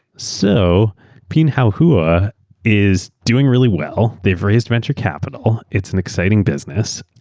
so pinhaohuo is doing really well. they've raised venture capital. it's an exciting business.